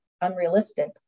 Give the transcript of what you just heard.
unrealistic